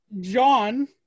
John